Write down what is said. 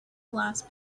last